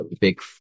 big